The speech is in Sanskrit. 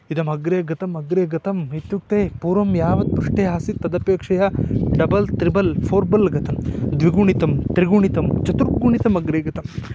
इदमग्रे गतम् अग्रे गतम् इत्युक्ते पूर्वं यावत् पृष्ठे आसीत् तदपेक्षया डबल् त्रिबल् फ़ोरबल् गतं द्विगुणितं त्रिगुणितं चतुर्गुणितमग्रे गतम्